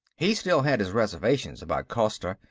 he still had his reservations about costa,